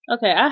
Okay